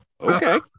okay